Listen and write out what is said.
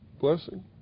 blessing